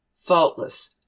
faultless